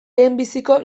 lehenbiziko